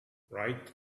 right